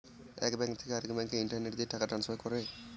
এক ব্যাঙ্ক থেকে আরেক ব্যাঙ্কে ইন্টারনেট দিয়ে টাকা ট্রান্সফার করে